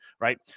right